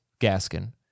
Gaskin